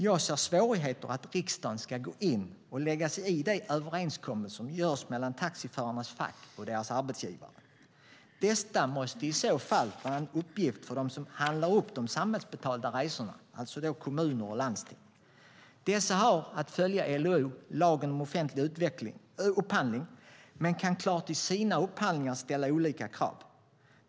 Jag ser svårigheter med att riksdagen ska gå in och lägga sig i de överenskommelser som görs mellan taxiförarnas fack och deras arbetsgivare. Detta måste i så fall vara en uppgift för dem som upphandlar de samhällsbetalda resorna, det vill säga kommuner och landsting. Dessa har att följa LOU, lagen om offentlig upphandling, men kan klart i sina upphandlingar ställa olika krav.